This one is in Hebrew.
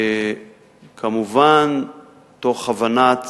כמובן תוך הבנת